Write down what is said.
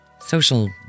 social